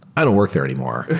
i don't work there anymore.